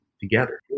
together